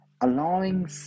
Allowing